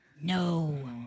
No